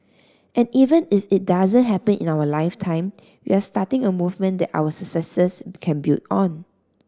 and even if it doesn't happen in our lifetime we are starting a movement that our successors can build on